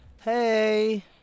Hey